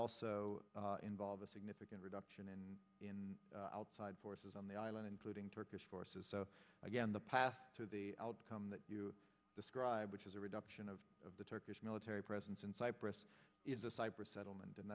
also involve a significant reduction in in outside forces on the island including turkish forces so again the path to the outcome that you describe which is a reduction of of the turkish military presence in cyprus is a cyprus settlement and